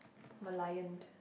Merlioned